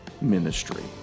ministry